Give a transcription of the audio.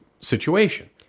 situation